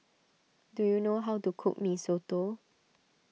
do you know how to cook Mee Soto